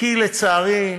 כי, לצערי,